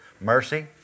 mercy